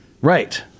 Right